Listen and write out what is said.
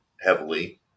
heavily